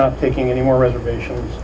not taking any more reservations